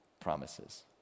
promises